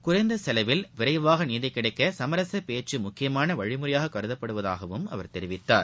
குறைந்த செலவில் விரைவாக நீதி கிடைக்க சுமரசுப் பேச்சு முக்கியமான வழிமுறையாகக் கருதப்படுவதாகவும் அவர் தெரிவித்தார்